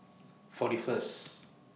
forty First